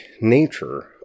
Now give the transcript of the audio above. nature